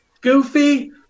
goofy